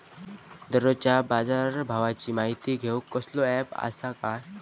दररोजच्या बाजारभावाची माहिती घेऊक कसलो अँप आसा काय?